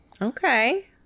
Okay